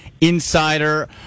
insider